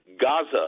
Gaza